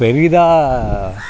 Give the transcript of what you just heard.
பெரிதாக